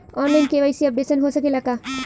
आन line KYC updation हो सकेला का?